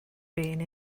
being